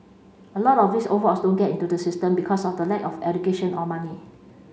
a lot of these old folks don't get into the system because of the lack of education or money